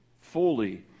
fully